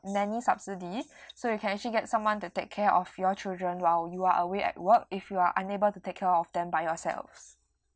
nanny subsidy so you can actually get someone to take care of your children while you are away at work if you are unable to take care of them by yourselves